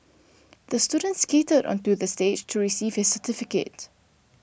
the student skated onto the stage to receive his certificate